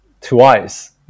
twice